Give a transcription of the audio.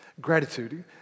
Gratitude